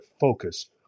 focus